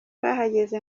bahageze